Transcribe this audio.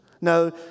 No